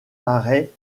paraît